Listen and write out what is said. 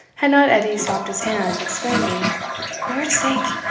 had not edie stopped his hand, exclaiming lordsake!